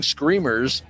Screamers